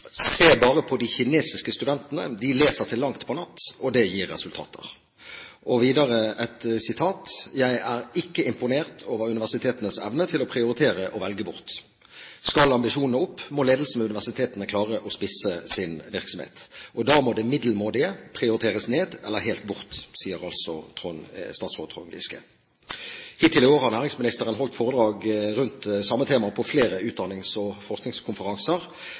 bare på de kinesiske studentene. De leser til langt på natt. Og det gir resultater.» Og videre: «Jeg er ikke imponert over universitetenes egne evner til å prioritere og velge bort. Skal ambisjonene opp, må ledelsen ved universitetene klare å spisse sin virksomhet. Og da må det middelmådige prioriteres ned, eller helt bort.» Hittil i år har næringsministeren holdt foredrag rundt samme tema på flere utdannings- og forskningskonferanser,